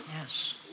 Yes